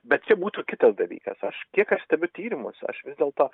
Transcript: bet čia būtų kitas dalykas aš kiek aš stebiu tyrimus aš vis dėlto